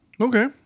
Okay